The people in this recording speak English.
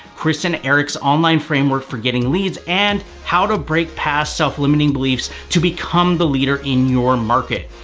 chris and eric's online framework for getting leads and how to break past self limiting beliefs to become the leader in your market.